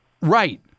Right